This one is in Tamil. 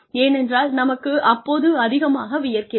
ஏனென்றால் நமக்கு அப்போது அதிகமாக வியர்க்கிறது